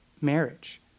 marriage